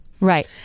right